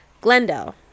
Glendale